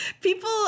People